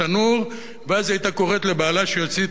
ואז היא היתה קוראת לבעלה שיוציא את התקע מן השקע,